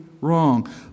wrong